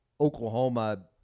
Oklahoma –